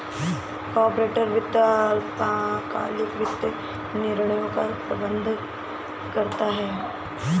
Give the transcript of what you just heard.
corporate वित्त अल्पकालिक वित्तीय निर्णयों का प्रबंधन करता है